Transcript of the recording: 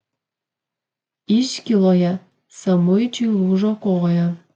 iškyloje samuičiui lūžo koja